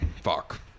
fuck